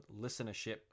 listenership